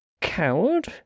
Coward